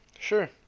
Sure